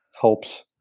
helps